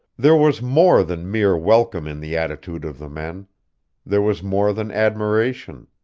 there was more than mere welcome in the attitude of the men there was more than admiration.